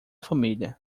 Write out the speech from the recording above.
família